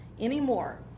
anymore